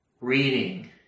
reading